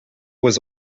was